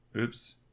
Oops